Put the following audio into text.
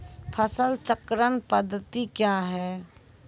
फसल चक्रण पद्धति क्या हैं?